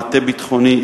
מעטה ביטחוני,